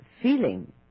feeling